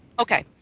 Okay